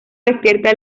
despierta